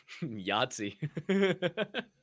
Yahtzee